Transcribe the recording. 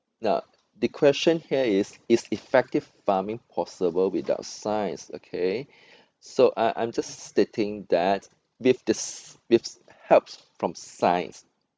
no the question here is is effective farming possible without science okay so I I'm just stating that with the with helps from science